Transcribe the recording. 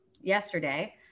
yesterday